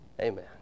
Amen